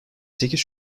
sekiz